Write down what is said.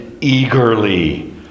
eagerly